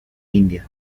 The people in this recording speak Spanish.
india